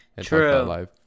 True